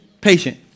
Patient